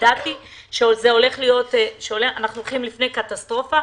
כשידעתי שאנחנו עומדים בפני קטסטרופה,